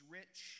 rich